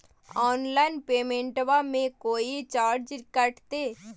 Online पेमेंटबां मे कोइ चार्ज कटते?